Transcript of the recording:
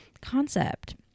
Concept